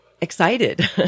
excited